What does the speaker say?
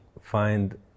find